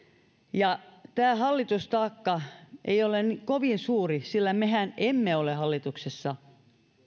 ja tämä hallitustaakka ei ole kovin suuri sillä mehän emme ole hallituksessa